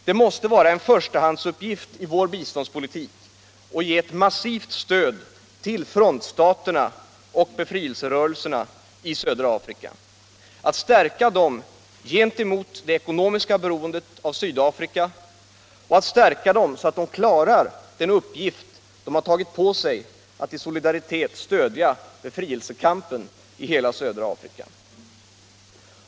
Det måste vara en förstahandsuppgift i vår biståndspolitik att ge ett massivt stöd till frontstaterna och befrielserörelserna i södra Afrika, att stärka dem gentemot det ekonomiska beroendet av Sydafrika så att de klarar den uppgift som de har tagit på sig att i solidaritet stödja befrielsekampen i hela södra Afrika.